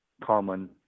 common